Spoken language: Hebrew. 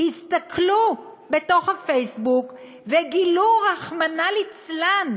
הסתכלו בתוך הפייסבוק, וגילו, רחמנא ליצלן,